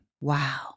Wow